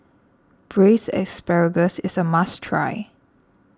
Braised Asparagus is a must try